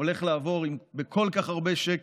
הולך לעבור בכל כך הרבה שקט.